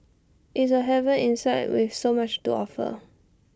IT is A haven inside with so much to offer